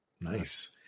Nice